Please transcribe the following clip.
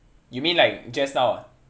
you mean like just now ah